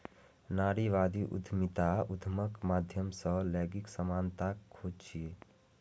नारीवादी उद्यमिता उद्यमक माध्यम सं लैंगिक समानताक खोज छियै